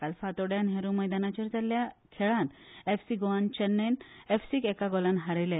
काल फातोड़र्ड्या नेहरू मैदानाचेर जाल्ल्या खेळात एफ सी गोवान चेन्नयन एफसीक एका गोलान हारयले